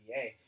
NBA